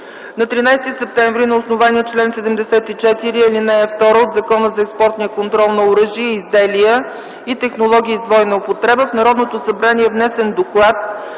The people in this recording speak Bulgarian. На 13 септември на основание чл. 74, ал. 2 от Закона за експортния контрол на оръжия и изделия и технологии с двойна употреба в Народното събрание е внесен Доклад